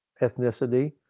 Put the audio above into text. ethnicity